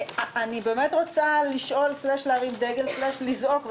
אני רוצה לשאול/ להרים דגל/ לזעוק,